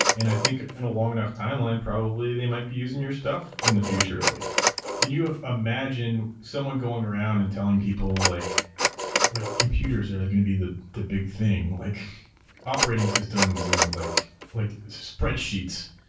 and i think in a long enough timeline probably, they might be using your stuff in the future. like can you imagine someone going around and telling people like like computers are going to be the the big thing, like operating systems and like like spreadsheets?